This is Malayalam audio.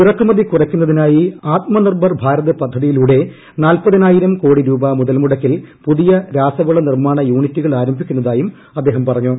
ഇറക്കുമതി കുറയ്ക്കുന്നതിനായി ആത്മ നിർഭർ ഭാരത് പദ്ധതിയിലൂടെ നാൽപ്പതിനായിരം കോടി രൂപ മുതൽമുടക്കിൽ പുതിയ രാസവള നിർമാണ യൂണിറ്റുകൾ ആരംഭിക്കുന്നതായും അദ്ദേഹം പറഞ്ഞു